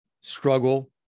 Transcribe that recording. struggle